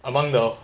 among the